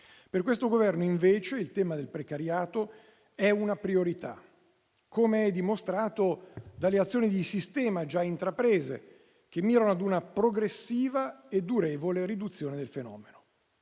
Per questo Governo, invece, il tema del precariato è una priorità, come dimostrato dalle azioni di sistema già intraprese che mirano a una progressiva e durevole riduzione del fenomeno.